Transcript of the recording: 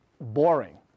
boring